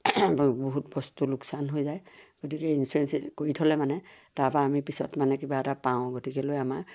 বহুত বস্তু লোকচান হৈ যায় গতিকে ইঞ্চুৰেঞ্চ কৰি থ'লে মানে তাৰপৰা আমি পিছত মানে কিবা এটা পাওঁ গতিকেলৈ আমাৰ